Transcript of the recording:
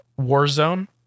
Warzone